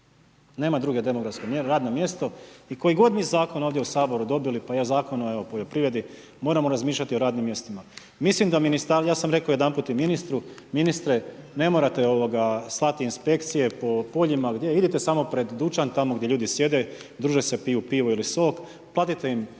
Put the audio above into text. Nema druge demografske mjere, radno mjesto i koji god vi zakon ovdje u Saboru vi dobili pa i ovaj Zakon o poljoprivredi, moramo razmišljati o radnim mjestima. Mislim da, ja sam rekao jedanput i ministru, ministre, ne morate slati inspekcije po poljima, idite samo pred dućan tamo gdje ljudi sjede, drže se, piju pivo ili sok, platite im